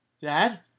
dad